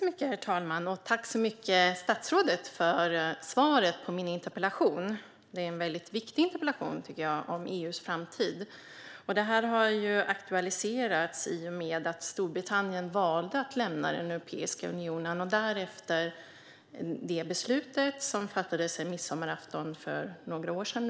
Herr talman! Jag tackar statsrådet så mycket för svaret på min interpellation. Det är en väldigt viktig interpellation, tycker jag, och den handlar om EU:s framtid. Det här har aktualiserats i och med att Storbritannien valt att lämna den Europeiska unionen och i och med det beslut som fattades en midsommarafton för något år sedan.